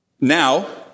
Now